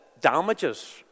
damages